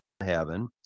heaven